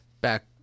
back